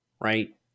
right